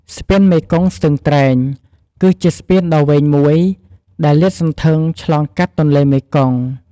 ស្ពានមេគង្គស្ទឹងត្រែង គឺជាស្ពានដ៏វែងមួយដែលលាតសន្ធឹងឆ្លងកាត់ទន្លេមេគង្គ។